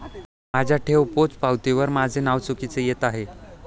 माझ्या ठेव पोचपावतीवर माझे नाव चुकीचे येत आहे